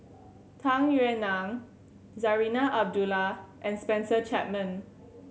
Tung Yue Nang Zarinah Abdullah and Spencer Chapman